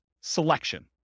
selection